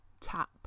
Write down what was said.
tap